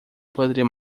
poderia